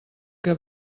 què